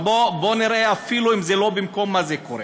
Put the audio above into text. אבל בואו נראה, אפילו אם זה לא במקום, מה קורה?